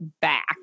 back